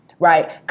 Right